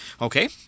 okay